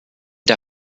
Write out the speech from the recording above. der